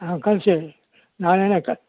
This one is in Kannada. ಹಾಂ ಕಳಿಸಿ ನಾಳೆನೆ ಕ